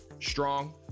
Strong